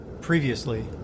Previously